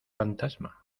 fantasma